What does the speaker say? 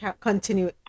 continue